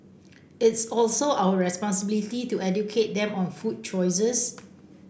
it's also our responsibility to educate them on food choices